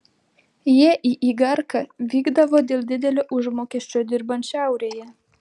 jie į igarką vykdavo dėl didelio užmokesčio dirbant šiaurėje